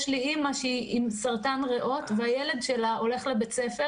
יש לי אמא עם סרטן ריאות וילד שלה הולך לבית ספר